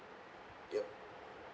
yup